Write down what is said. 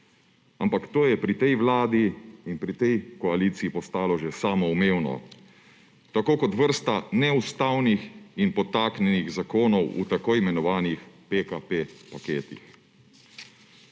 ampak to je pri tej vladi in pri tej koaliciji postalo že samoumevno. Tako kot vrsta neustavnih in podtaknjenih zakonov v tako imenovanih PKP paketih.